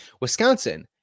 Wisconsin